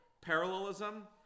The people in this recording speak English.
Parallelism